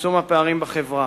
לצמצום הפערים בחברה.